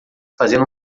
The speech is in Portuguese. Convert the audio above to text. fazendo